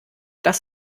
das